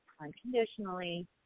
unconditionally